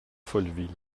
folleville